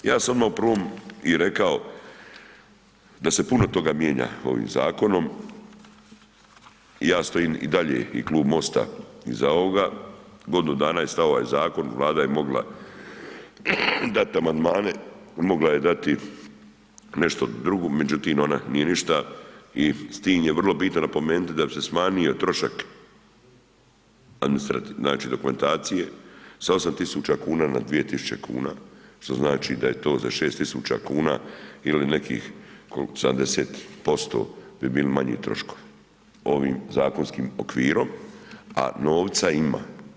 Ja sam odma u prvom i rekao da se puno toga mijenja ovim zakonom i ja stojim i dalje i Klub MOST-a iza ovoga, godinu dana je stajao ovaj zakon, Vlada je mogla dat amandmane, mogla je dati nešto drugo, međutim, ona nije ništa i s tim je vrlo bitno napomenut da bi se smanjio trošak, znači, dokumentacije sa 8.000,00 kn na 2.000,00 kn, što znači da je to za 6.000,00 kn ili nekih 70% bi bili manji troškovi ovim zakonskim okvirom, a novca ima.